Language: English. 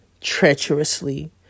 treacherously